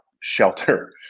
shelter